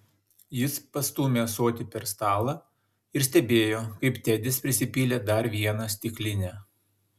jis pastūmė ąsotį per stalą ir stebėjo kaip tedis prisipylė dar vieną stiklinę